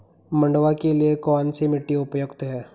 मंडुवा के लिए कौन सी मिट्टी उपयुक्त है?